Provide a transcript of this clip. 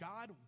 God